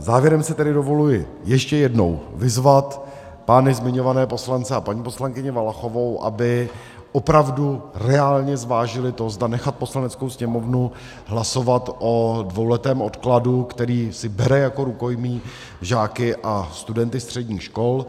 Závěrem si tedy dovoluji ještě jednou vyzvat pány zmiňované poslance a paní poslankyni Valachovou, aby opravdu reálně zvážili to, zda nechat Poslaneckou sněmovnu hlasovat o dvouletém odkladu, který si bere jako rukojmí žáky a studenty středních škol.